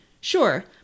sure